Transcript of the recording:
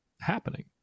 happening